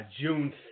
June